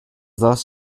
thus